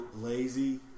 lazy